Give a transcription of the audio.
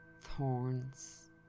thorns